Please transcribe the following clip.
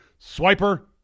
Swiper